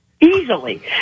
easily